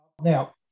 Now